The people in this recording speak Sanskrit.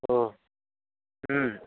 ओ